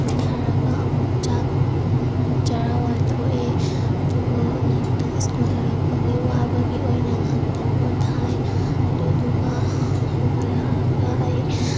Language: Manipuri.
ꯄꯣꯊꯥꯔꯒ ꯑꯃꯨꯛ ꯆꯥꯛ ꯆꯔꯥ ꯋꯥꯟꯊꯣꯛꯑꯦ ꯑꯗꯨꯒ ꯉꯥꯏꯍꯥꯛꯇꯪ ꯁ꯭ꯀꯨꯜ ꯍꯜꯂꯛꯄꯒꯤ ꯋꯥꯕꯒꯤ ꯑꯣꯏꯅ ꯉꯥꯏꯍꯥꯛꯇꯪ ꯄꯣꯊꯥꯏ ꯑꯗꯨꯗꯨꯒ ꯍꯧꯒꯠꯂꯛꯂꯒ ꯑꯩ